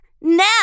Now